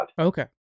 Okay